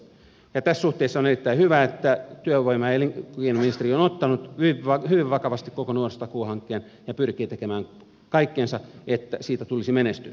tässä suhteessa on erittäin hyvä että työvoima ja elinkeinoministeri on ottanut hyvin vakavasti koko nuorisotakuuhankkeen ja pyrkii tekemään kaikkensa että siitä tulisi menestys